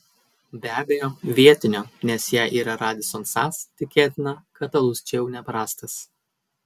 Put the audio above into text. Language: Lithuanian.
be abejo vietinio nes jei yra radisson sas tikėtina kad alus čia jau neprastas